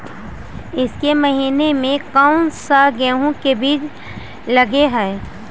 ईसके महीने मे कोन सा गेहूं के बीज लगे है?